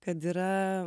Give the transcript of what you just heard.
kad yra